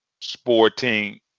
sporting